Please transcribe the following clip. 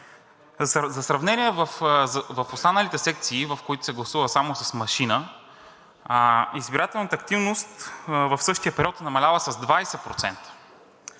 За сравнение в останалите секции, в които се гласува само с машина, избирателната активност в същия период е намаляла с 20%